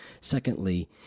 secondly